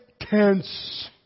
tense